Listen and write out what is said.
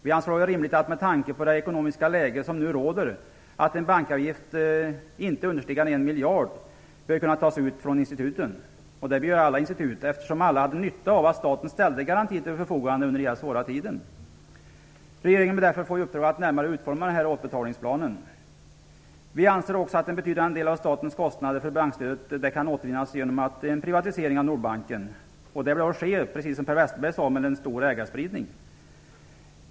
Vi anser det vara rimligt med tanke på det ekonomiska läge som nu råder att en bankavgift inte understigande 1 miljard bör kunna tas ut från instituten. Detta bör gälla för alla institut, eftersom alla hade nytta av att staten ställde garanti till förfogande under denna svåra tid. Regeringen bör därför få i uppdrag att närmare utforma denna återbetalningsplan. Vi anser också att en betydande del av statens kostnader för bankstödet kan återvinnas genom en privatisering av Nordbanken. Det bör, precis som Per Westerberg sade, ske med en stor ägarspridning.